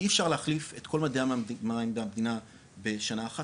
אי אפשר להחליף את כל מדי המים במדינה בשנה אחת,